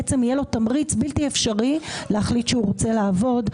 בעצם יהיה לו תמריץ בלתי אפשרי להחליט שהוא רוצה לעבוד,